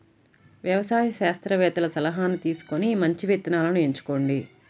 వ్యవసాయ శాస్త్రవేత్తల సలాహాను తీసుకొని మంచి విత్తనాలను ఎంచుకోండి